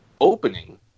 opening